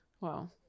Wow